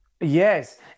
Yes